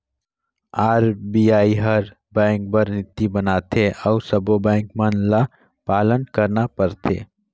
RBI हर bank बर नीति बनाथे अउ सब्बों बेंक मन ल पालन करना परथे